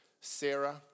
Sarah